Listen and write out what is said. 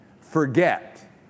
forget